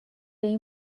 این